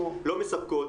לא מספקות,